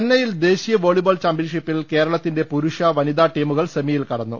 ചെന്നൈയിൽ ദേശീയ വോളിബോൾ ചാംപ്യൻഷിപ്പിൽ കേരളത്തിന്റെ പുരുഷ വനിത ടീമുകൾ സെമിയിൽ കടന്നു